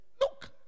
look